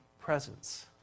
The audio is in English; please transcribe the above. presence